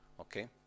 okay